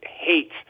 hates